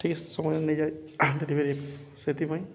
ଠିକ୍ ସମୟ ନେଇଯାଏ ଡେଲିଭରି ସେଥିପାଇଁ